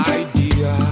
idea